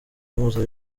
mpuza